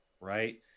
right